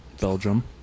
Belgium